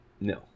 No